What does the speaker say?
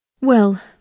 Well